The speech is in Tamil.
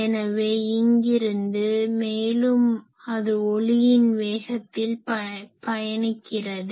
எனவே இங்கிருந்து மேலும் அது ஒளியின் வேகத்தில் பயணிக்கிறது